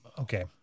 okay